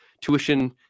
tuition